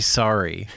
sorry